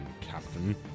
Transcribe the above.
captain